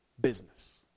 business